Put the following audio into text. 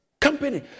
Company